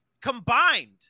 combined